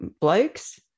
blokes